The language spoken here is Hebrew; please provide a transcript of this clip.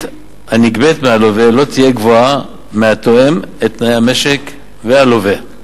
הנגבית מהלווה לא תהיה גבוהה מהתואם את תנאי המשק והלווה.